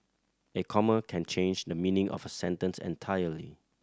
a comma can change the meaning of a sentence entirely